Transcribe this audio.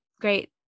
great